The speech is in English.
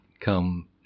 come